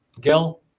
Gil